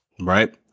Right